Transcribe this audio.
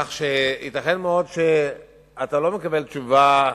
כך שייתכן מאוד שאתה לא מקבל תשובה,